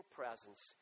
presence